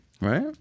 right